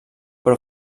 però